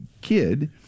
kid